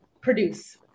produce